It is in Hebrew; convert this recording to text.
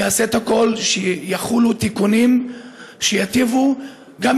אני אעשה את הכול כדי שיחולו תיקונים שייטיבו גם